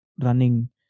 running